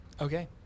Okay